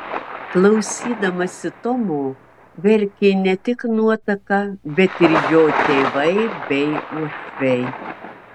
klausydamasi tomo verkė ne tik nuotaka bet ir jo tėvai bei uošviai